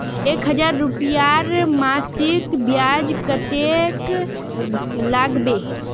एक हजार रूपयार मासिक ब्याज कतेक लागबे?